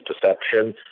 perception